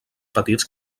petits